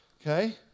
Okay